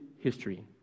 history